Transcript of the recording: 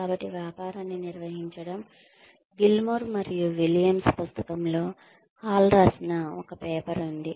కాబట్టి వ్యాపారాన్ని నిర్వహించడం గిల్మోర్ మరియు విలియమ్స్ పుస్తకంలో హాల్ రాసిన ఒక పాపర్ ఉంది